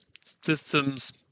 systems